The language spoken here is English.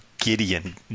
Gideon